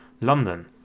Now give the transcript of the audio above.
London